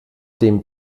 dem